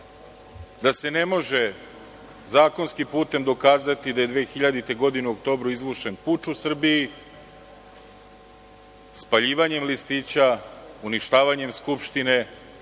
da se ne može zakonskim putem dokazati da je 2000. godine u oktobru izvršen puč u Srbiji, spaljivanjem listića, uništavanjem Skupštine,